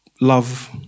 love